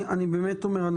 אני באמת אומר,